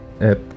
app